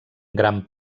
gran